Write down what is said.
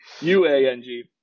U-A-N-G